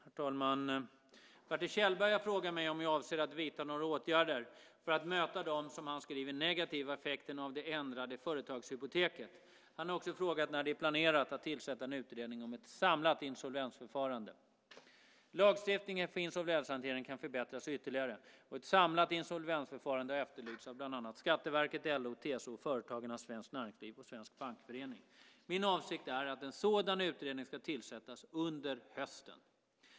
Herr talman! Bertil Kjellberg har frågat mig om jag avser att vidta några åtgärder för att möta de, som han skriver, negativa effekterna av det ändrade företagshypoteket. Han har också frågat när det är planerat att tillsätta en utredning om ett samlat insolvensförfarande. Lagstiftningen för insolvenshantering kan förbättras ytterligare och ett samlat insolvensförfarande har efterlysts av bland annat Skatteverket, LO, TCO, Företagarna, Svenskt Näringsliv och Svenska Bankföreningen. Min avsikt är att en sådan utredning ska tillsättas under hösten.